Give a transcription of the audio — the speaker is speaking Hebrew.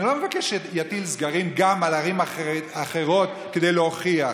אני לא מבקש שיטיל סגרים גם על ערים אחרות כדי להוכיח.